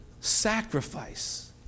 sacrifice